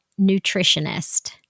nutritionist